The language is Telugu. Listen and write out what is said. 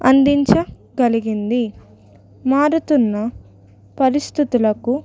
అందించగలిగింది మారుతున్న పరిస్థితులకు